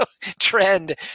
trend